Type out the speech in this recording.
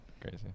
Crazy